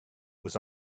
was